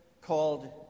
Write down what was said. called